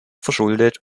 verschuldet